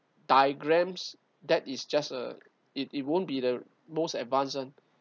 diagrams that is just uh it it won't be the most advanced